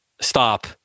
Stop